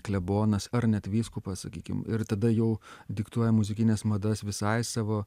klebonas ar net vyskupas sakykim ir tada jau diktuoja muzikines madas visai savo